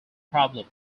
problem